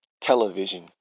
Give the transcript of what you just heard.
television